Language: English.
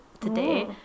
today